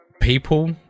people